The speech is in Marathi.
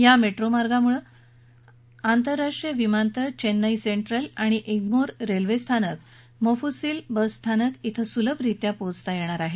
या मेट्रो मार्गामुळे आंतरराष्ट्रीय विमानतळ चेन्नई सेंट्रल आणि इग्मोर रेल्वे स्थानक मोफुसील बस स्थानक इथं सुलभरित्या पोचता येणार आहे